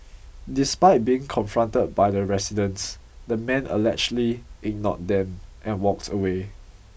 despite being confronted by the residents the man allegedly ignored them and walked away